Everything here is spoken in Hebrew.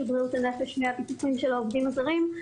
בריאות הנפש מהביטוחים של העובדים הזרים.